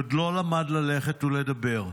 עוד לא למד ללכת ולדבר.